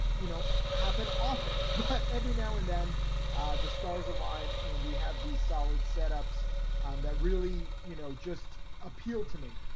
you know, happen often. but every now and then the stars align and we have these solid setups that really, you know, just appeal to me.